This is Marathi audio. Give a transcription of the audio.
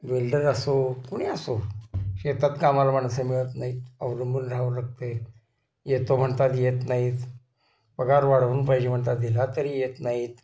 वेल्डर असो कोणी असो शेतात कामाला माणसं मिळत नाहीत अवलंबून राहावं लागते येतो म्हणतात येत नाहीत पगार वाढवून पाहिजे म्हणतात दिला तरी येत नाहीत